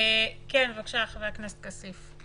בבקשה, חבר הכנסת כסיף.